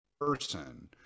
person